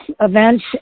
events